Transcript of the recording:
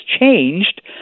changed